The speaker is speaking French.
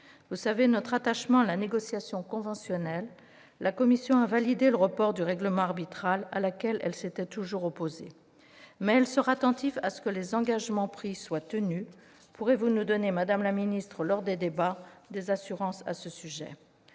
Vous savez notre attachement à la négociation conventionnelle. La commission a validé le report du règlement arbitral, à laquelle elle s'était toujours opposée, mais elle sera attentive à ce que les engagements pris soient tenus. Pourrez-vous nous donner, madame la ministre, au cours des débats, des assurances à ce sujet ?